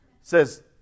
says